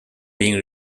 being